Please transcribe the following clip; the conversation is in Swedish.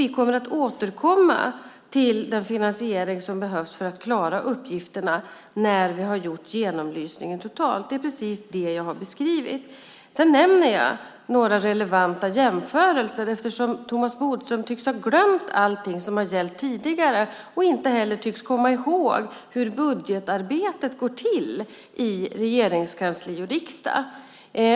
Vi kommer att återkomma till den finansiering som behövs för att klara uppgifterna när vi har gjort genomlysningen totalt. Det är precis det som jag har beskrivit. Jag nämner några relevanta jämförelser, eftersom Thomas Bodström tycks ha glömt allting som har gällt tidigare. Han tycks inte heller komma ihåg hur budgetarbetet går till i Regeringskansliet och riksdagen.